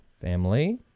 Family